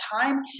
time